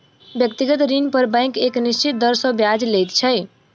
व्यक्तिगत ऋण पर बैंक एक निश्चित दर सॅ ब्याज लैत छै